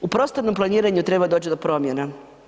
U prostornom planiranju treba doći do promjena.